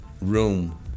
room